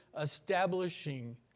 establishing